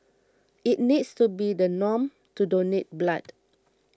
it needs to be the norm to donate blood